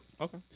Okay